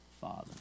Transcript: father